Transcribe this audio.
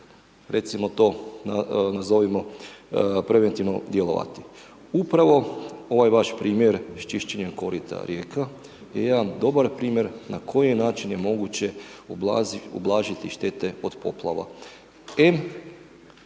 recimo to nazovimo preventivno djelovati. Upravo ovaj vaš primjer s čišćenjem korita rijeka je jedan dobar primjer na koje načine je moguće ublažiti štete od poplava.